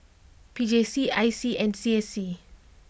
P J C I C and C S C